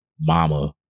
Mama